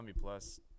Plus